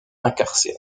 incarcéré